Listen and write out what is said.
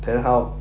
then how